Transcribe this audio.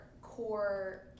core